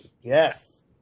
Yes